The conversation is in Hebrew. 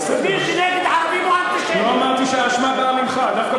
גם מי שנגד ערבים הוא אנטישמי, כי אנחנו שמים.